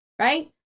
right